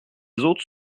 autres